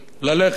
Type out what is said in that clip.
ללכת